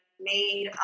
made